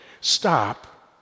Stop